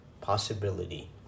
possibility